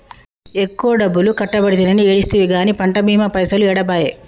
ఎక్కువ డబ్బులు కట్టబడితినని ఏడిస్తివి గాని పంట బీమా పైసలు ఏడబాయే